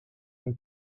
ton